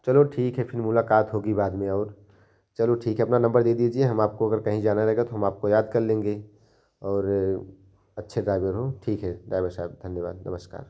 चलो ठीक है फ़िर मुलाकात होगी बाद में और चलो ठीक है अपना नम्बर दे दीजिए हम आपको अगर कहीं जाना रहेगा तो हम आपको याद कर लेंगे और अच्छे ड्राइवर हो ठीक है ड्राइवर साहब धन्यवाद नमस्कार